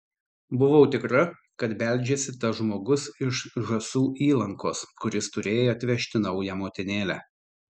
buvau tikra kad beldžiasi tas žmogus iš žąsų įlankos kuris turėjo atvežti naują motinėlę